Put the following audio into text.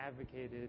advocated